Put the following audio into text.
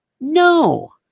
no